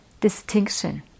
distinction